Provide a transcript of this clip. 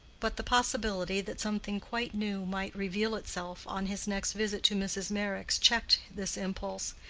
but the possibility that something quite new might reveal itself on his next visit to mrs. meyrick's checked this impulse,